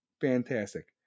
fantastic